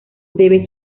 debe